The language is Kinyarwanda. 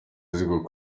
zivuga